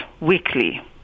weekly